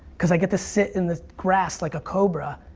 cause i get to sit in the grass like a cobra,